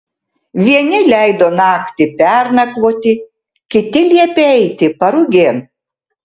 vieni leido naktį pernakvoti kiti liepė eiti parugėn